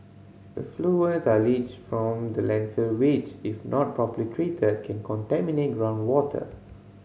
effluents are leached from the landfill which if not properly treated can contaminate groundwater